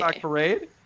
Parade